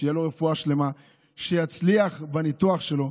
שתהיה לו רפואה שלמה, שיצליח הניתוח שלו.